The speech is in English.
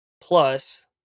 Plus